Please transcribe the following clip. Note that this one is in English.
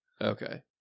Okay